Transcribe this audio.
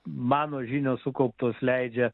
mano žinios sukauptos leidžia